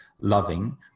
loving